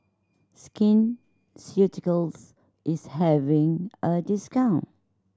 Skin Ceuticals is having a discount